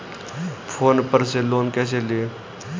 Phone पर से loan कैसे लें?